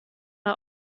bei